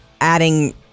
adding